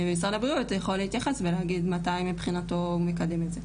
משרד הבריאות יכול להתייחס ולהגיד מתי מבחינתו הוא מקדם את זה.